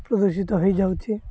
ପ୍ରଦୂଷିତ ହେଇଯାଉଛି